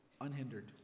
unhindered